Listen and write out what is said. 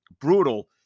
brutal